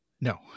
No